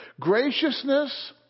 Graciousness